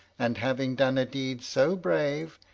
and having done a deed so brave,